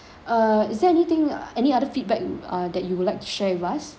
err is there anything any other feedback would uh that you would like to share with us